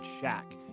shack